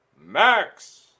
Max